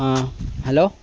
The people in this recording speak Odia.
ହଁ ହେଲୋ